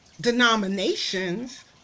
denominations